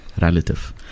relative